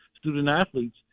student-athletes